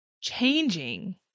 changing